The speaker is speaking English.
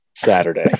saturday